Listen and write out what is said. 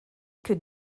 que